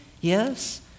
Yes